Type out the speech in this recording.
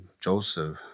Joseph